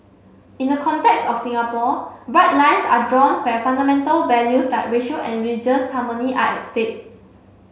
in the context of Singapore bright lines are drawn where fundamental values like racial and religious harmony are at stake